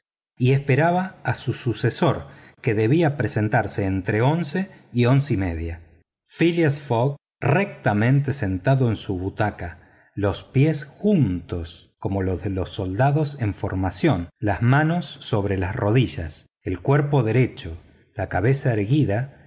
y esperaba a su sucesor que debía presentarse entre once y once y media phileas fogg rectamente sentado en su butaca los pies juntos como los de los soldados en formación las manos sobre las rodillas el cuerpo derecho la cabeza erguida